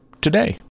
Today